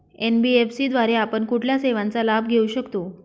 NBFC द्वारे आपण कुठल्या सेवांचा लाभ घेऊ शकतो?